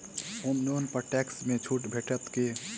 होम loan पर tax मे छुट भेटत की